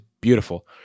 beautiful